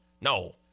no